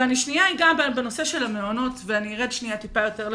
ואני אגע בנושא של המעונות ואני ארד טיפה יותר לפרטים.